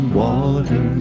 water